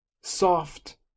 soft